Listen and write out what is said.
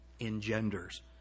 engenders